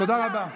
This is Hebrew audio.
תודה רבה.